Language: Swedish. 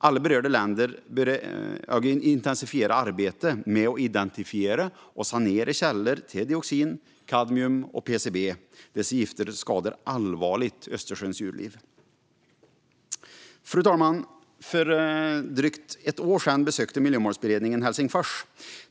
Alla berörda länder bör också intensifiera arbetet med att identifiera och sanera källor till dioxin, kadmium och PCB. Dessa gifter skadar allvarligt Östersjöns djurliv. Fru talman! För drygt ett år sedan besökte Miljömålsberedningen Helsingfors.